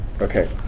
Okay